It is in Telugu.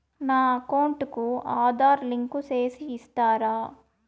నా అకౌంట్ కు ఆధార్ లింకు సేసి ఇస్తారా?